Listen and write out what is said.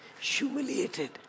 humiliated